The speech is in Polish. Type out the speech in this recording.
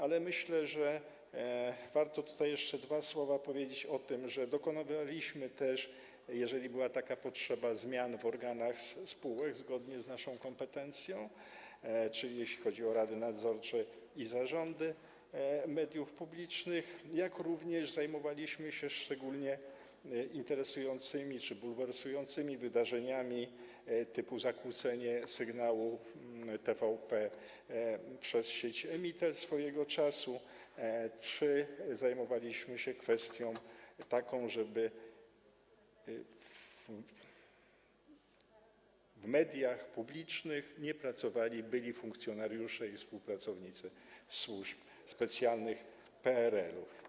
Ale myślę, że warto tutaj jeszcze dwa słowa powiedzieć o tym, że dokonywaliśmy też, jeżeli była taka potrzeba, zmian w organach spółek zgodnie z naszą kompetencją, czyli jeśli chodzi o rady nadzorcze i zarządy mediów publicznych, jak również zajmowaliśmy się szczególnie interesującymi czy bulwersującymi wydarzeniami typu zakłócenie sygnału TVP przez sieć Emitel swego czasu, a także zajmowaliśmy się taką kwestią, żeby w mediach publicznych nie pracowali byli funkcjonariusze i współpracownicy służb specjalnych PRL-u.